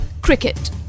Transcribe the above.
cricket